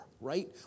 right